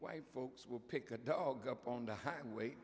why folks will pick a dog up on the highway